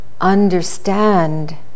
understand